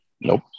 Nope